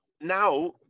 now